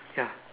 ya